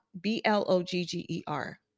B-L-O-G-G-E-R